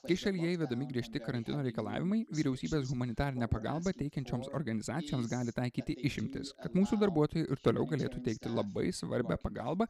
kai šalyje įvedami griežti karantino reikalavimai vyriausybės humanitarinę pagalbą teikiančioms organizacijoms gali taikyti išimtis kad mūsų darbuotojai ir toliau galėtų teikti labai svarbią pagalbą